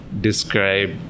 describe